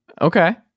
Okay